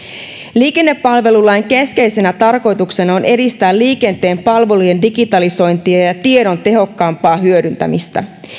liikennepalvelulain keskeisenä tarkoituksena on edistää liikenteen palvelujen digitalisointia ja ja tiedon tehokkaampaa hyödyntämistä